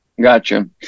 Gotcha